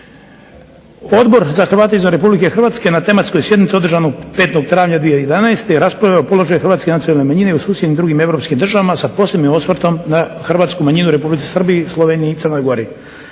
Odbor za Hrvate izvan Republike Hrvatske na tematskoj sjednici održanoj 5. travnja 2011. raspravio je o položaju hrvatske nacionalne manjine u susjednim i drugim europskim državama, sa posebnim osvrtom na hrvatsku manjinu u Republici Srbiji, Sloveniji i Crnoj Gori.